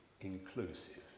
inclusive